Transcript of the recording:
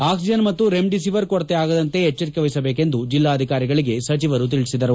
ಆಕ್ಟಿಜನ್ ಮತ್ತು remdesivir ಕೊರತೆ ಆಗದಂತೆ ಎಚ್ಚರಿಕೆ ವಹಿಸಬೇಕೆಂದು ಜಿಲ್ಲಾಧಿಕಾರಿಗಳಿಗೆ ಸಚಿವರು ತಿಳಿಸಿದರು